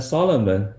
Solomon